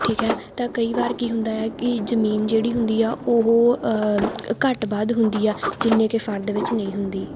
ਠੀਕ ਹੈ ਤਾਂ ਕਈ ਵਾਰ ਕੀ ਹੁੰਦਾ ਹੈ ਕਿ ਜਮੀਨ ਜਿਹੜੀ ਹੁੰਦੀ ਆ ਉਹ ਘੱਟ ਵੱਧ ਹੁੰਦੀ ਆ ਜਿੰਨੇ ਕੀ ਫਰਦ ਵਿੱਚ ਨਹੀਂ ਹੁੰਦੀ